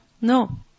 No